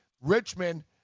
richmond